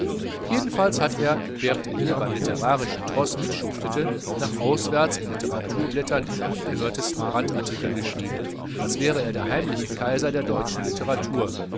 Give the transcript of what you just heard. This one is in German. jedenfalls hat er während er hier beim literararischen troß mitschuftete nach auswärts in litteraturblättern die unerhörteren brandartikel geschrieben als wäre er der heimliche kaiser der deutschen litteratur